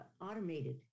automated